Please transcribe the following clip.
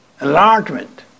enlargement